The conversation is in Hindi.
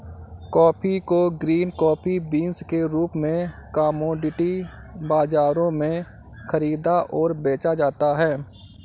कॉफी को ग्रीन कॉफी बीन्स के रूप में कॉमोडिटी बाजारों में खरीदा और बेचा जाता है